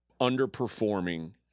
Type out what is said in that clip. underperforming